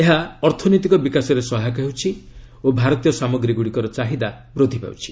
ଏହା ଅର୍ଥନୈତିକ ବିକାଶରେ ସହାୟକ ହେଉଛି ଓ ଭାରତୀୟ ସାମଗ୍ରୀ ଗୁଡ଼ିକର ଚାହିଦା ବୃଦ୍ଧି ପାଉଛି